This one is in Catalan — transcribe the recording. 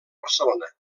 barcelona